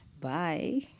Bye